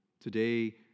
Today